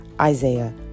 Isaiah